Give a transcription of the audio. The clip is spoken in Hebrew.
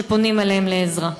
שפונים אליהם לעזרה?